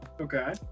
okay